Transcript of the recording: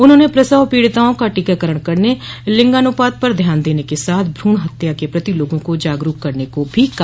उन्होंने प्रसव पीड़िताओं का टीकाकरण करने लिंगानुपात पर ध्यान देने के साथ भ्रण हत्या के प्रति लोगों को जागरूक करने को भी कहा